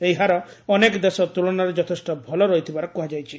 ଏହି ହାର ଅନେକ ଦେଶ ତୁଳନାରେ ଯଥେଷ୍ଟ ଭଲ ରହିଥିବାର କୁହାଯାଇଛି